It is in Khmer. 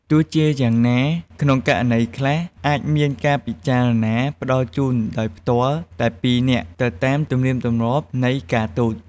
ទោះជាយ៉ាងណា ក្នុងករណីខ្លះ អាចមានការពិចារណាផ្តល់ជូនដោយផ្ទាល់តែពីរនាក់ទៅតាមទំនៀមទម្លាប់នៃការទូត។